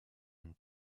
and